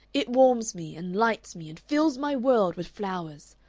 it warms me, and lights me, and fills my world with flowers.